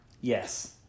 Yes